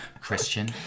Christian